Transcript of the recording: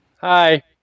hi